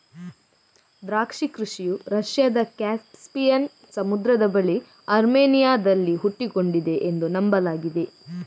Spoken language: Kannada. ದ್ರಾಕ್ಷಿ ಕೃಷಿಯು ರಷ್ಯಾದ ಕ್ಯಾಸ್ಪಿಯನ್ ಸಮುದ್ರದ ಬಳಿ ಅರ್ಮೇನಿಯಾದಲ್ಲಿ ಹುಟ್ಟಿಕೊಂಡಿದೆ ಎಂದು ನಂಬಲಾಗಿದೆ